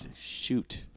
Shoot